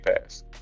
Pass